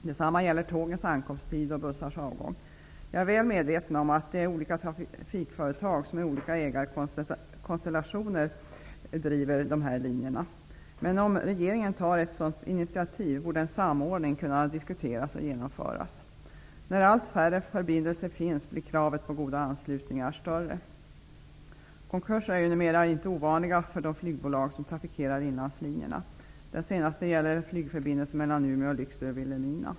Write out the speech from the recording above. Detsamma gäller tågens ankomsttid och bussars avgång. Jag är väl medveten om att olika trafikföretag med olika ägarkonstellationer driver dessa linjer. Men om regeringen tar ett sådant initiativ borde en samordning kunna diskuteras och genomföras. När allt färre förbindelser finns blir kravet på goda anslutningar större. Konkurser är numera inte ovanliga för de flygbolag som trafikerar inlandslinjerna. Den senaste gäller flygförbindelsen Umeå--Lycksele--Vilhelmina.